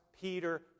Peter